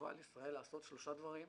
חובה על ישראל לעשות שלושה דברים.